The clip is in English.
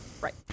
Right